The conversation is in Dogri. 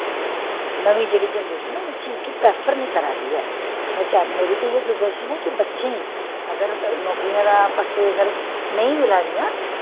नमीं जेह्ड़ी जनरेशन उस चीज़ गगा प्रैफर नी करा दी ऐ मेरी ते इयो सिज़ैशन ऐ कि बच्चें गी अगर नौकरियें पास्से अगर नेंई मिला दियां